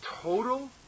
total